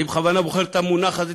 אני בכוונה בוחר את המונח הזה,